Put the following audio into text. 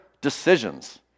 decisions